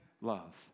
Love